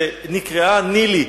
שנקראה ניל"י,